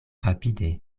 rapide